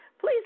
Please